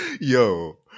Yo